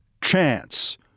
chance